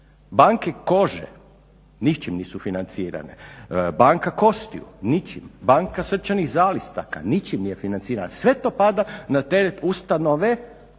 Banke kože ničim nisu financirane, banka kostiju ničim, banka srčanih zalistaka ničim nije financirana. Sve to pada na teret ustanove